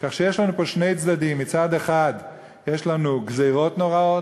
כך שיש לנו פה שני צדדים: מצד אחד יש לנו גזירות נוראות,